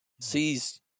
sees